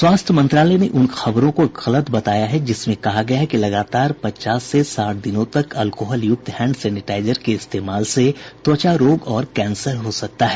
स्वास्थ्य मंत्रालय ने उन खबरों को गलत बताया है जिसमें कहा गया है कि लगातार पचास से साठ दिनों तक अल्कोहल युक्त हैंड सेनेटाईजर के इस्तेमाल से त्वचा रोग और कैंसर हो सकता है